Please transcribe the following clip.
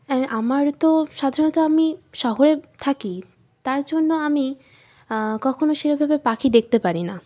আমার তো সাধারণত আমি শহরে থাকি তার জন্য আমি কখনও সেরকমভাবে পাখি দেখতে পারি না